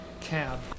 Cab